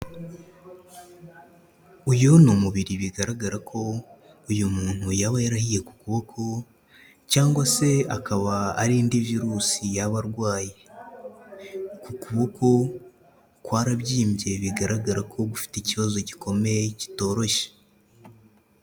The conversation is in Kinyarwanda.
Uyu ni umubiri bigaragara ko uyu muntu yaba yarahiye ku kuboko cyangwa se akaba ari indi Virusi yaba arwaye, uku kuboko kwarabyimbye bigaragara ko gufite ikibazo gikomeye kitoroshye.